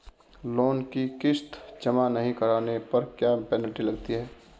Loan की किश्त जमा नहीं कराने पर क्या पेनल्टी लगती है?